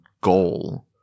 goal